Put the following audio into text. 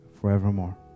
forevermore